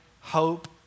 hope